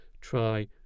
try